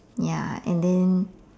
ya and then